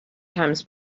times